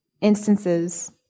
instances